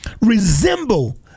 resemble